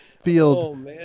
field